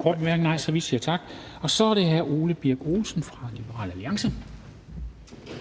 korte bemærkninger, så vi siger tak. Og så er det hr. Ole Birk Olesen fra Liberal Alliance. Kl.